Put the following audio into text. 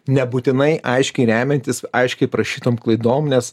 nebūtinai aiškiai remiantis aiškiai parašytom klaidom nes